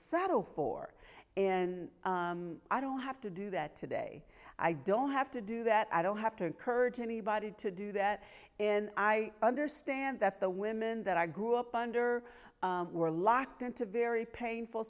settle for and i don't have to do that today i don't have to do that i don't have to encourage anybody to do that and i understand that the women that i grew up under were locked into very painful